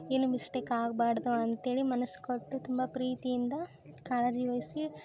ಏನು ಮಿಸ್ಟೇಕ್ ಆಗ್ಬಾರ್ದು ಅಂತೇಳಿ ಮನಸ್ಸು ಕೊಟ್ಟು ತುಂಬ ಪ್ರೀತಿಯಿಂದ ಕಾಳಜಿ ವಹ್ಸಿ